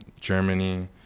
Germany